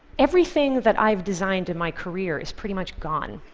everything that i've designed in my career is pretty much gone,